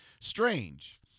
strange